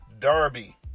Darby